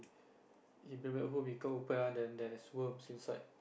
he bring back home he go open ah then there is worms inside